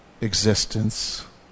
existence